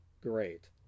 Great